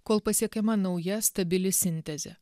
kol pasiekiama nauja stabili sintezė